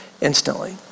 instantly